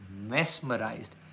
mesmerized